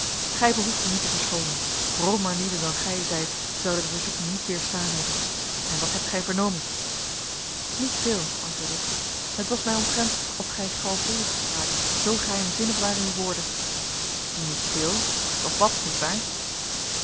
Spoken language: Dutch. gij behoeft u niet te verschoonen vromer lieden dan gij zijt zouden de verzoeking niet weerstaan hebben en wat hebt gij vernomen niet veel antwoordde ik het was mij omtrent of gij chaldeeuwsch spraakt zoo geheimzinnig waren uw woorden niet veel maar toch wat nietwaar